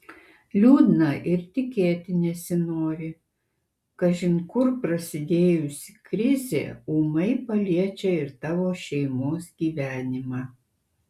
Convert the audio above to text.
liūdna ir tikėti nesinori kažin kur prasidėjusi krizė ūmai paliečia ir tavo šeimos gyvenimą